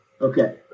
Okay